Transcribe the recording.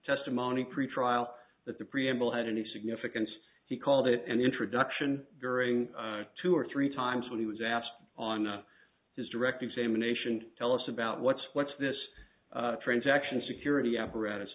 testimony pre trial that the preamble had any significance he called it an introduction during two or three times when he was asked on his direct examination to tell us about what's what's this transaction security apparatus